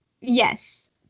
Yes